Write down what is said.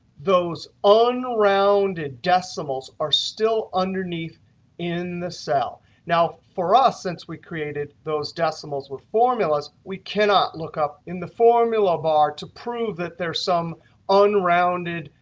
those unrounded decimals are still underneath in the cell. now, for us, since we created those decimals with formulas, we cannot look up in the formula bar to prove that there's some rounded,